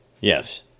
Yes